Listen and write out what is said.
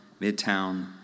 Midtown